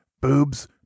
Boobs